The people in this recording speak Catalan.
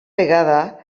vegada